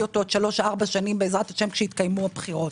אותו עוד 3-4 שנים כשיתקיימו הבחירות.